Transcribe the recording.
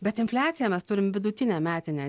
bet infliaciją mes turim vidutinę metinę